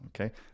okay